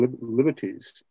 liberties